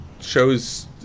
shows